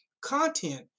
content